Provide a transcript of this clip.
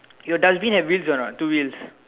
your dustbin have wheels or not two wheels